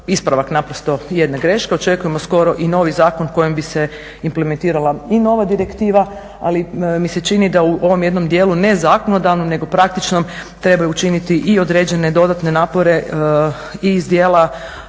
ispravak naprosto jedne greške. Očekujemo skoro i novi zakon kojim bi se implementirala i nova direktiva. Ali mi se čini da u ovo jednom dijelu nezakonodavnom nego praktičnom treba učiniti i određene dodatne napore i iz dijela